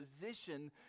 position